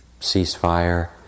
ceasefire